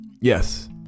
Yes